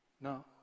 Now